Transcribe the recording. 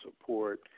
support